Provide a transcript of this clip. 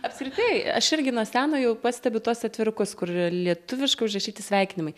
apskritai aš irgi nuo seno jau pastebiu tuos atvirukus kur lietuviškai užrašyti sveikinimai